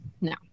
No